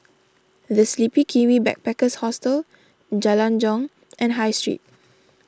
the Sleepy Kiwi Backpackers Hostel Jalan Jong and High Street